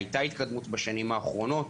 שהייתה התקדמות בשנים האחרונות